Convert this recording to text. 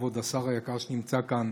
כבוד השר היקר שנמצא כאן,